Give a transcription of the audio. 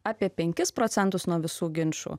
apie penkis procentus nuo visų ginčų